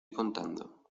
contando